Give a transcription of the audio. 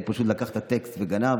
הוא פשוט לקח את הטקסט וגנב